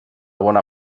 bona